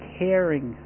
caring